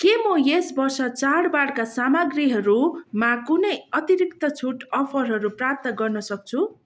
के म यस वर्ष चाडबाडका सामग्रीहरूमा कुनै अतिरिक्त छुट अफरहरू प्राप्त गर्न सक्छु